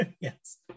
Yes